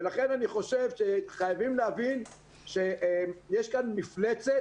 לכן אני חושב שחייבים להבין שיש כאן מפלצת